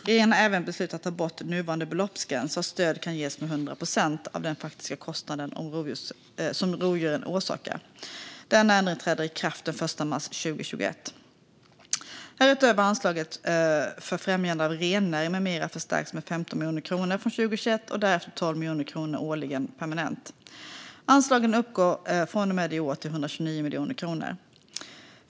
Regeringen har även beslutat att ta bort nuvarande beloppsgräns så att stöd kan ges med 100 procent av den faktiska kostnad som rovdjuren orsakar. Denna ändring träder i kraft den 1 mars 2021. Härutöver har anslaget för främjande av rennäring med mera förstärkts med 15 miljoner kronor från 2021 och därefter 12 miljoner kronor årligen permanent. Anslaget uppgår från och med i år till 129 miljoner kronor.